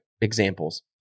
examples